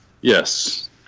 Yes